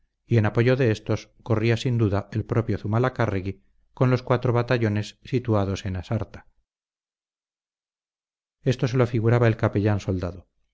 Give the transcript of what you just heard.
y en apoyo de éstos corría sin duda el propio zumalacárregui con los cuatro batallones situados en asarta esto se lo figuraba el capellán soldado